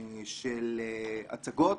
של הצגות,